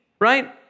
right